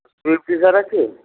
Swift Dzire আছে